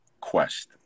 quest